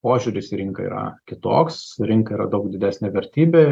požiūris į rinką yra kitoks su rinka yra daug didesnė vertybė